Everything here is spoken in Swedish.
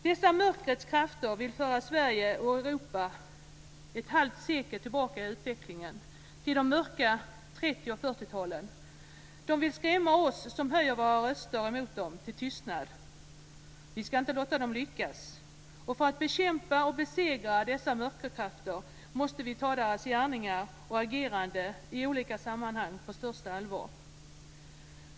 Dessa mörkrets krafter vill föra Sverige och Europa ett halvt sekel tillbaka i utvecklingen - till de mörka 30 och 40-talen. De vill skrämma oss som höjer våra röster emot dem till tystnad. Vi ska inte låta dem lyckas! För att bekämpa och besegra dessa mörkerkrafter måste vi ta deras gärningar och agerande i olika sammanhang på största allvar.